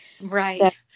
Right